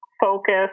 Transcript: focus